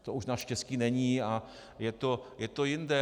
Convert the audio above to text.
To už naštěstí není a je to jinde.